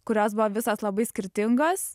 kurios buvo visos labai skirtingos